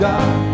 God